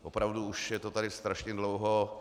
Opravdu už je to tady strašně dlouho.